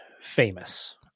famous